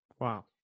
Wow